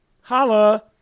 Holla